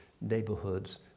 neighborhoods